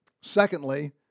Secondly